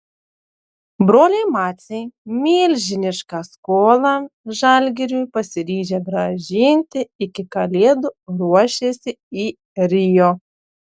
broliai maciai milžinišką skolą žalgiriui pasiryžę grąžinti iki kalėdų ruošiasi į rio